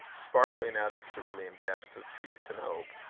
sparkling out of cerulean depths of peace and hope,